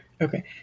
Okay